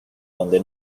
donde